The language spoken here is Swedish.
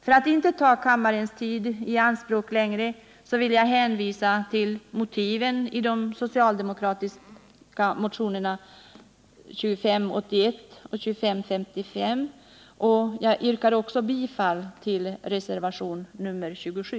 För att inte längre ta kammarens tid i anspråk nöjer jag mig med att hänvisa till motiven i de socialdemokratiska motionerna 2581 och 2555. Jag ber också att få yrka bifall till reservationen 27.